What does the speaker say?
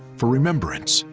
for remembrance,